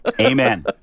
Amen